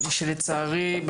שלצערי,